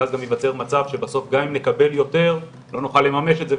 ואז גם יווצר מצב שבסוף גם אם נקבל יותר לא נוכל לממש את זה,